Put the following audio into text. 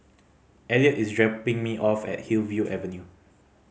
Elliot is dropping me off at Hillview Avenue